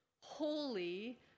holy